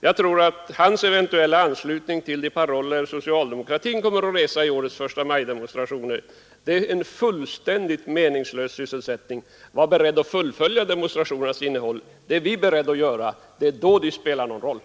Jag tror att hans eventuella anslutning till de paroller socialdemokratin kommer att resa i årets I maj-demonstrationer blir en fullständigt meningslös sysselsättning. Var beredd att fullfölja demonstrationernas innehåll, herr Gustafsson, för det är vi! Det är då de spelar någon roll.